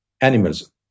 animals